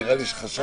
היה נראה לי ששכחת.